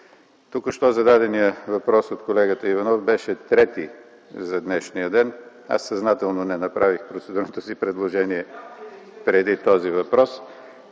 Току-що зададеният въпрос от колегата Иванов беше трети за днешния ден. Аз съзнателно не направих процедурното си предложение преди този въпрос,